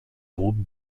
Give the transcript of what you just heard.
groupe